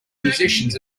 musicians